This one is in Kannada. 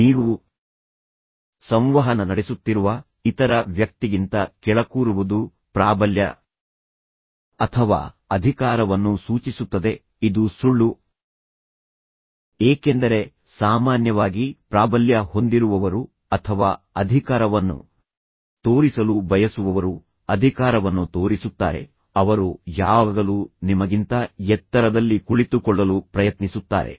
ನೀವು ಸಂವಹನ ನಡೆಸುತ್ತಿರುವ ಇತರ ವ್ಯಕ್ತಿಗಿಂತ ಕೆಳಕೂರುವುದು ಪ್ರಾಬಲ್ಯ ಅಥವಾ ಅಧಿಕಾರವನ್ನು ಸೂಚಿಸುತ್ತದೆ ಇದು ಸುಳ್ಳು ಏಕೆಂದರೆ ಸಾಮಾನ್ಯವಾಗಿ ಪ್ರಾಬಲ್ಯ ಹೊಂದಿರುವವರು ಅಥವಾ ಅಧಿಕಾರವನ್ನು ತೋರಿಸಲು ಬಯಸುವವರು ಅಧಿಕಾರವನ್ನು ತೋರಿಸುತ್ತಾರೆ ಅವರು ಯಾವಾಗಲೂ ನಿಮಗಿಂತ ಎತ್ತರದಲ್ಲಿ ಕುಳಿತುಕೊಳ್ಳಲು ಪ್ರಯತ್ನಿಸುತ್ತಾರೆ